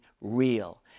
real